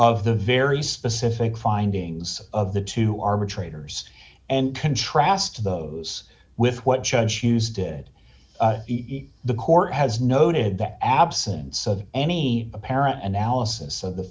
of the very specific findings of the two arbitrators and contrast those with what china shoes did the court has noted the absence of any apparent analysis of the